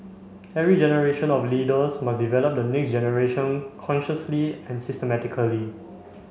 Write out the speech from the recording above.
every generation of leaders must develop the next generation consciously and systematically